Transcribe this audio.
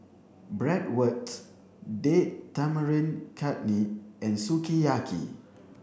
Bratwurst Date Tamarind Chutney and Sukiyaki